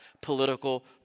political